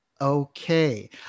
Okay